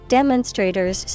Demonstrators